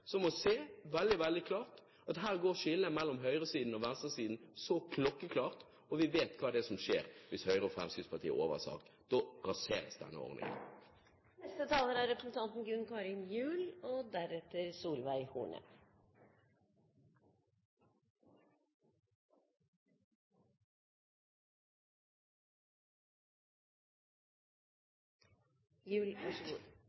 som at her går skillet mellom høyresiden og venstresiden – så klokkeklart. Og vi vet hva som skjer hvis Høyre og Fremskrittspartiet overtar – da raseres denne ordningen. Jeg må si at jeg setter pris på representanten Holmås' entusiasme og engasjement for fedrekvoten og for at vi har klart å nå så